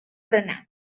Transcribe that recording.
berenar